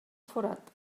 forat